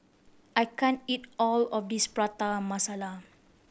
I can't eat all of this Prata Masala